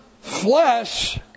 flesh